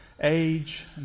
age